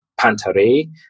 Pantare